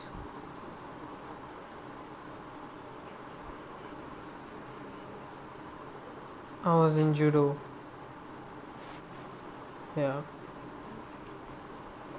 I was in judo ya